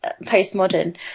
postmodern